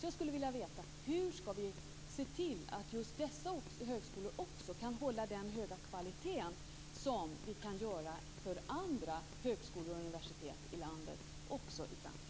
Jag skulle vilja veta: Hur skall man se till att också dessa tre högskolor i likhet med andra höskolor i landet kan hålla den höga kvaliteten också i framtiden?